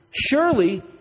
Surely